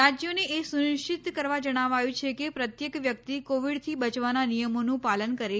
રાજયોને એ સુનિશ્ચિત કરવા જણાવાયું છે કે પ્રત્યેક વ્યકિત કોવિડથી બચવાના નિયમોનું પાલન કરે